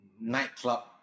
nightclub